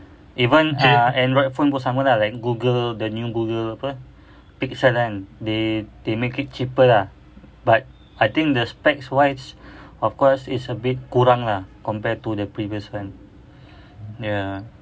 even ah android phone pun sama lah like google the new google apa pixel kan they they make it cheaper lah but I think the specs wise of course it's a bit kurang lah compared to the previous one ya